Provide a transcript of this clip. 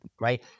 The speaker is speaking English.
right